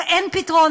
לאין-פתרון,